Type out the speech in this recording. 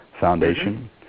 Foundation